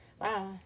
Wow